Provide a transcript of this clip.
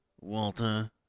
Walter